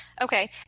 Okay